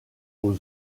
aux